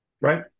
right